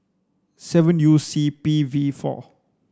seven U C P V four